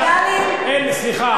סליחה,